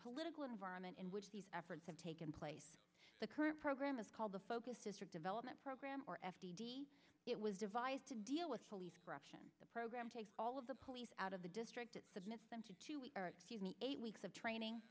political environment in which these efforts have taken place the current program is called the focuses or development program or f d d it was devised to deal with police corruption the program takes all of the police out of the district it submits them to two week or excuse me eight weeks of training